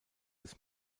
des